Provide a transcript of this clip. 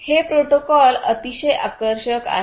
हे प्रोटोकॉल अतिशय आकर्षक आहेत